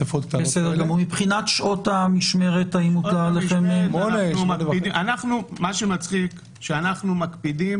ומבחינת שעות המשמרת --- מה שמצחיק שאנחנו מקפידים